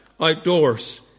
outdoors